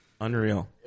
Unreal